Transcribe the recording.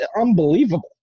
unbelievable